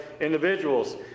individuals